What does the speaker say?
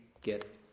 get